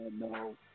no